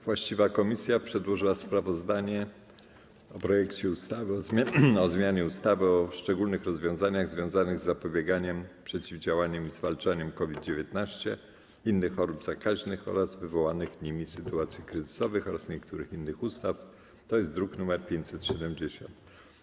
Właściwa komisja przedłożyła sprawozdanie o projekcie ustawy o zmianie ustawy o szczególnych rozwiązaniach związanych z zapobieganiem, przeciwdziałaniem i zwalczaniem COVID-19, innych chorób zakaźnych oraz wywołanych nimi sytuacji kryzysowych oraz niektórych innych ustaw, druk nr 570.